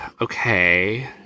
Okay